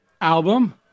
album